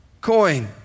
coin